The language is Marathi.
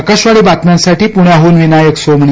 आकाशवाणी बातम्यांसाठी पूण्याहून विनायक सोमणी